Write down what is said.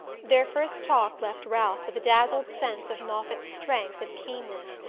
their first talk left ralph with a dazzled sense of moffatt's strength and keenness,